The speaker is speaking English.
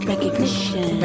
Recognition